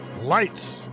Lights